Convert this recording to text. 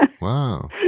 Wow